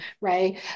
right